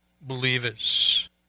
believers